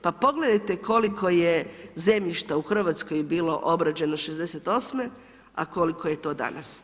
Pa pogledajte koliko je zemljišta u Hrvatskoj je bilo obrađeno '68. a koliko je to danas.